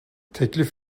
teklif